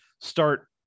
start